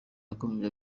yakomeje